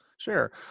Sure